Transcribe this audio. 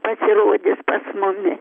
pasirodys pas mumi